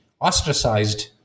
ostracized